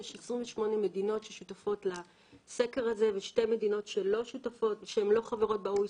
יש 28 מדינות ששותפות לסקר הזה ושתי מדינות שהן לא חברות ב-OECD,